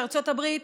בארצות הברית,